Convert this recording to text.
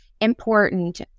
important